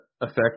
affect